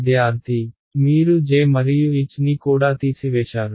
విద్యార్థి మీరు j మరియు h ని కూడా తీసివేశారు